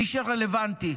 מי שרלוונטי,